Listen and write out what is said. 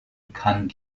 kann